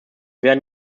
werden